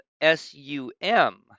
s-u-m